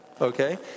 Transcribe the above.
Okay